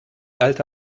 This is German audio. alte